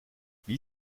wie